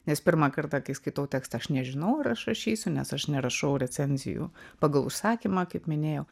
nes pirmą kartą kai skaitau tekstą aš nežinau ar aš rašysiu nes aš nerašau recenzijų pagal užsakymą kaip minėjau